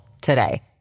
today